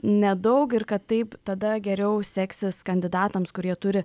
nedaug ir kad taip tada geriau seksis kandidatams kurie turi